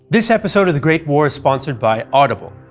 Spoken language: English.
this episode of the great war is sponsored by audible.